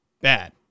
bad